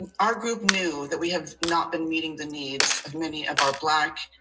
our group knew that we have not been meeting the needs of many of our black,